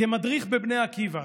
כמדריך בבני עקיבא,